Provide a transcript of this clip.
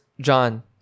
John